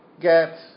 get